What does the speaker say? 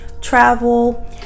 travel